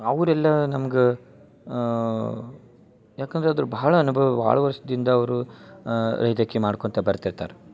ಅವ್ರೆಲ್ಲ ನಮ್ಗೆ ಯಾಕಂದರೆ ಅದ್ರ ಭಾಳ ಅನುಭವ ಭಾಳ ವರ್ಷದಿಂದ ಅವರು ರೈತಕಿ ಮಾಡ್ಕಳ್ತಾ ಬರ್ತಿರ್ತರೆ